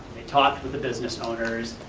they talked with the business owners,